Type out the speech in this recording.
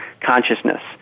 consciousness